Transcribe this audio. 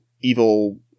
evil